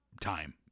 time